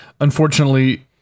Unfortunately